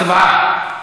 הצבעה.